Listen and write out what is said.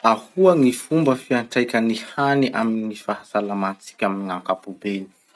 Ahoa gny fomba fiantraikan'ny hany amy fahasalamatsika amy ankapobeny?